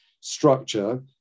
structure